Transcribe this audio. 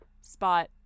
spot